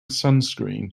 sunscreen